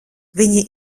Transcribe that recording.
viņi